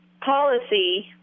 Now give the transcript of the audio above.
policy